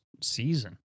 season